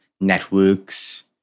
networks